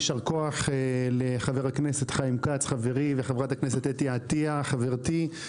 יישר כוח לחבר הכנסת חיים כץ חברי וחברת הכנסת אתי עטייה חברתי.